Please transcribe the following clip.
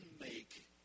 make